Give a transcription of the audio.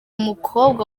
mukobwa